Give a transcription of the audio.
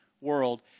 world